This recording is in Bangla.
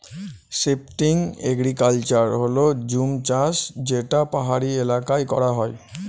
শিফটিং এগ্রিকালচার হল জুম চাষ যেটা পাহাড়ি এলাকায় করা হয়